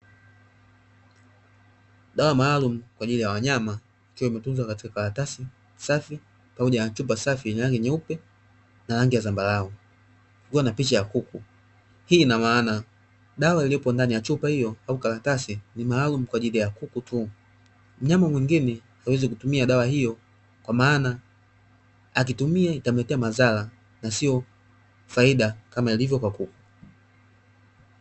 Dawa maalumu kwa ajili ya wanyama ikiwa imetunzwa katika karatasi safi pamoja na chupa safi yenye rangi nyeupe na rangi ya zambarau ikiwa na picha ya kuku, hii ina maana dawa iliyoko ndani ya chupa hiyo au karatasi ni maalumu kwa ajili ya kuku tu, mnyama mwingine hawezi kutumia dawa hiyo kwa maana akitumia itamletea madhara na sio faida Kama kwa ilivyo kwa kuku.